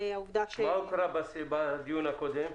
מה הוקרא בדיון הקודם?